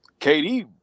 KD